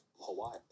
Hawaii